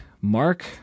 Mark